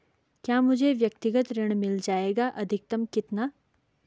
क्या मुझे व्यक्तिगत ऋण मिल जायेगा अधिकतम कितना?